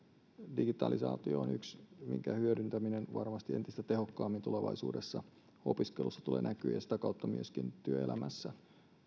digitalisaatio on yksi minkä hyödyntäminen varmasti tulee tulevaisuudessa näkymään entistä tehokkaammin opiskelussa ja sitä kautta myöskin työelämässä